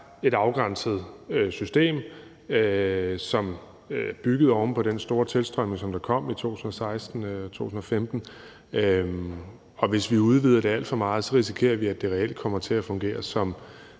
et afgrænset system, som er bygget oven på den store tilstrømning, der kom i 2015, og at vi, hvis vi udvider det alt for meget, risikerer, at det reelt kommer til at fungere som